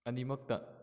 ꯑꯅꯤꯃꯛꯇ